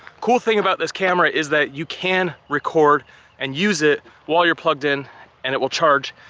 cool thing about this camera is that you can record and use it while you're plugged in and it will charge.